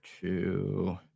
two